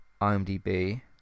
imdb